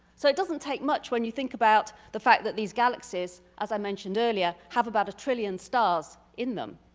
so it doesn't take much when you think about the fact that these galaxies, as i mentioned earlier. have about a trillion stars in them.